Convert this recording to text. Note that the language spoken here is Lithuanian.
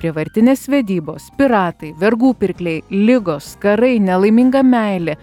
prievartinės vedybos piratai vergų pirkliai ligos karai nelaiminga meilė